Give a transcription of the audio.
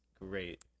great